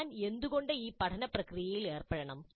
ഞാൻ എന്തുകൊണ്ട് ഈ പഠന പ്രക്രിയയിൽ ഏർപ്പെടണം